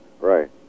Right